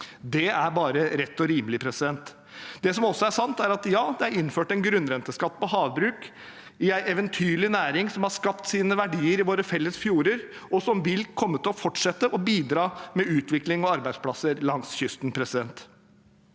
Det er bare rett og rimelig. Det som også er sant, er at det er innført en grunnrenteskatt på havbruk, en eventyrlig næring som har skapt sine verdier i våre felles fjorder, og som vil komme til å fortsette å bidra med utvikling og arbeidsplasser langs kysten. De